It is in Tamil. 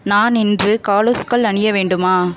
நான் இன்று காலோஷ்கள் அணிய வேண்டுமா